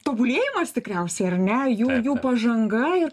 tobulėjimas tikriausiai ar ne jų jų pažanga ir